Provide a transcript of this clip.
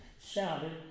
shouted